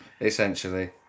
essentially